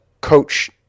coach